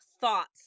thoughts